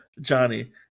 Johnny